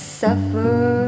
suffer